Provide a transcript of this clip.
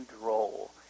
role